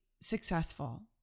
successful